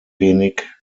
wenig